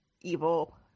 evil